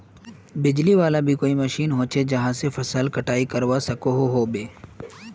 बिजली वाला भी कोई मशीन होचे जहा से फसल कटाई करवा सकोहो होबे?